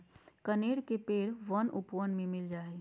कनेर के पेड़ वन उपवन में मिल जा हई